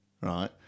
right